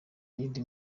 yindi